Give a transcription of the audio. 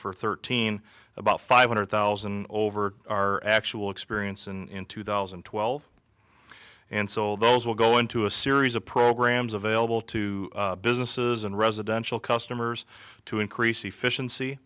for thirteen about five hundred thousand over our actual experience in two thousand and twelve and so those will go into a series of programs available to businesses and residential customers to increase efficiency